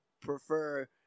prefer